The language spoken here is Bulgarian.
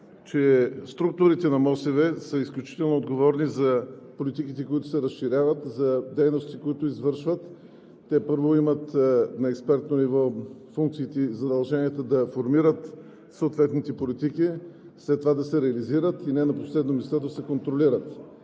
че структурите на МОСВ са изключително отговорни за политиките, които се разширяват, за дейности, които извършват. Те първо имат на експертно ниво функциите и задълженията да формират съответните политики, след това да се реализират и не на последно място, да се контролират.